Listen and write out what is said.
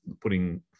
putting